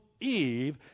Eve